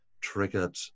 triggered